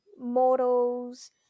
mortals